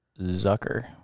Zucker